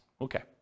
okay